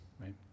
right